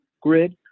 Grid